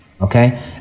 Okay